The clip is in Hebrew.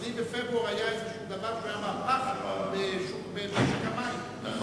ה-10 בפברואר היה איזשהו דבר שהיה מהפך במשק המים.